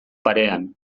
parean